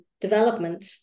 development